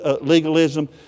legalism